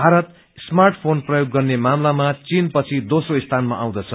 Bharat smartphone प्रयोग गर्ने मामलामा चीन पछि दोम्रो स्थानमा आउँदछ